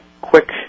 quick